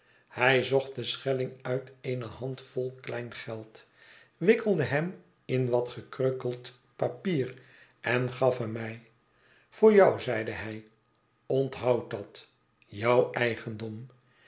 hij zocht den scheliing uit eene handvolklein geld wikkelde hem in wat gekreukeld papier en gaf hem mij voor jou zeide hij onthoud dat jou eigendom